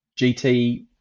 GT